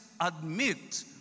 admit